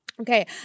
Okay